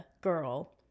girl